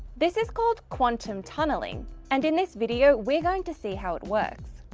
this is called quantum tunneling and in this video we're going to see how it works.